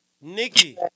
Nikki